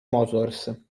motors